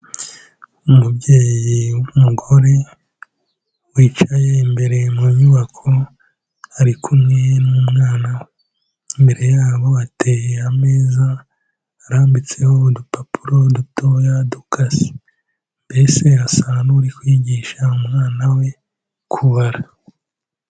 Umubyeyi w'umugore wicaye imbere mu nyubako, ari kumwe n'umwana, imbere yabo hateye ameza arambitseho udupapuro dutoya dukase, mbese asa n'uri kwigisha umwana we kubara.